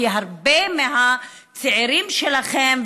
כי הרבה מהצעירים שלכם,